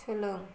सोलों